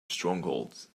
strongholds